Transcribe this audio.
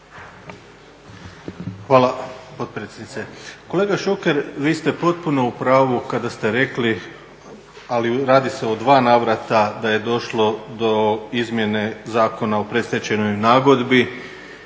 Hvala potpredsjednice. Kolega Šuker vi ste potpuno u pravu kada ste rekli, ali radi se o dva navrata da je došlo do izmjene Zakona o predstečajnoj nagodbi